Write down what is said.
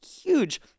huge